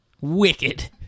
Wicked